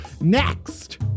Next